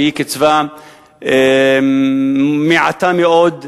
שהיא קצבה מעטה מאוד,